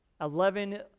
Eleven